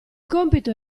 compito